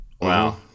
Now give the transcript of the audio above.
Wow